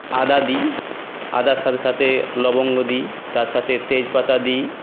আদা দিই আদার সাথে সাথে লবঙ্গ দিই তার সাথে তেজপাতা দিই